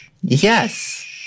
yes